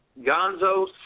Gonzo